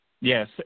Yes